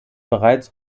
bereits